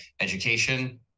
education